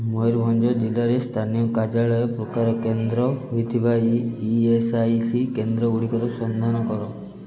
ମୟୂରଭଞ୍ଜ ଜିଲ୍ଲାରେ ସ୍ଥାନୀୟ କାର୍ଯ୍ୟାଳୟ ପ୍ରକାର କେନ୍ଦ୍ର ହୋଇଥିବା ଇ ଏସ୍ ଆଇ ସି କେନ୍ଦ୍ର ଗୁଡ଼ିକର ସନ୍ଧାନ କର